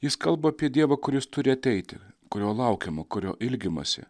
jis kalba apie dievą kuris turi ateiti kurio laukiama kurio ilgimasi